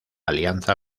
alianza